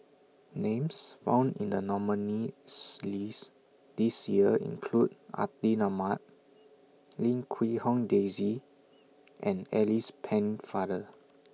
Names found in The nominees' list This Year include Atin Amat Lim Quee Hong Daisy and Alice Pennefather